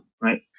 right